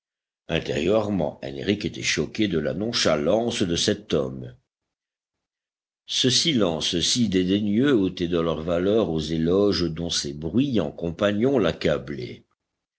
intérieurement henrich était choqué de la nonchalance de cet homme ce silence si dédaigneux ôtait de leur valeur aux éloges dont ses bruyants compagnons